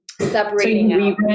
separating